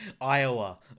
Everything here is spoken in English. iowa